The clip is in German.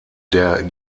der